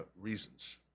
reasons